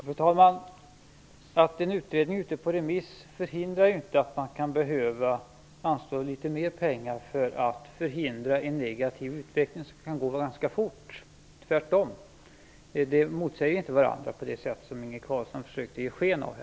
Fru talman! Att en utredning är ute på remiss hindrar inte att man kan behöva anslå litet mer pengar för att förhindra en negativ utveckling som kan gå ganska fort - tvärtom! De sakerna motsäger inte varandra på det sätt som Inge Carlsson försöker ge sken av.